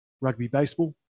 rugby-baseball